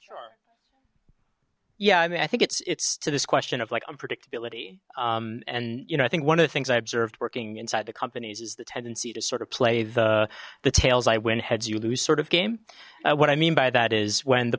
think yeah i mean i think it's it's to this question of like unpredictability and you know i think one of the things i observed working inside the companies is the tendency to sort of play the the tails i win heads you lose sort of game what i mean by that is when the